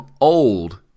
old